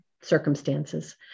circumstances